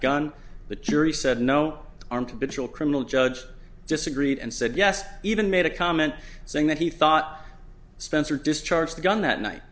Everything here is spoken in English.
gun the jury said no arm to chill criminal judge disagreed and said yes even made a comment saying that he thought spencer discharged the gun that night